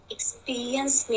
Experience